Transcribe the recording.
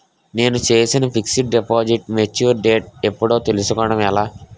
నేను చేసిన fixed deposit mature date ఎప్పుడో తెల్సుకోవడం ఎలా?